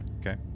Okay